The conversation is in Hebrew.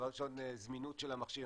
דבר ראשון זמינות של המכשיר,